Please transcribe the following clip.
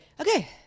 okay